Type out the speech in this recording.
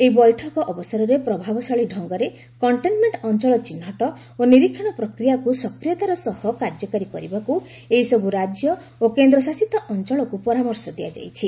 ଏହି ବୈଠକ ଅବସରରେ ପ୍ରଭାବଶାଳୀ ଢଙ୍ଗରେ କଣ୍ଟେନମେଣ୍ଟ ଏରିଆ ଚିହ୍ନଟ ଓ ନିରୀକ୍ଷଣ ପ୍ରକ୍ରିୟାକୁ ସକ୍ରିୟତାର ସହ କାର୍ଯ୍ୟକାରୀ କରିବାକୁ ଏହି ସବୁ ରାଜ୍ୟ ଓ କେନ୍ଦ୍ରଶାସିତ ଅଞ୍ଚଳକୁ ପରାମର୍ଶ ଦିଆଯାଇଛି